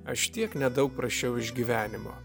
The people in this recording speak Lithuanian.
aš tiek nedaug prašiau iš gyvenimo